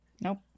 Nope